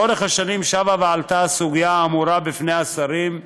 לאורך השנים שבה ועלתה הסוגיה האמורה בפני השרים,